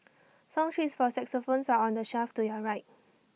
song sheets for xylophones are on the shelf to your right